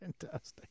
Fantastic